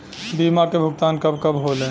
बीमा के भुगतान कब कब होले?